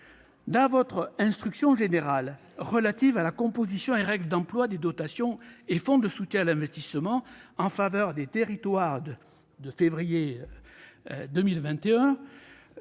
Dans l'instruction générale du 2 février 2021 relative à la composition et règles d'emplois des dotations et fonds de soutien à l'investissement en faveur des territoires en 2021,